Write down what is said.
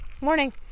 Morning